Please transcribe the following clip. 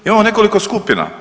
Imamo nekoliko skupina.